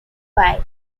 wide